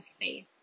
faith